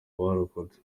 abarokotse